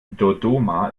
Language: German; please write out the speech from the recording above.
dodoma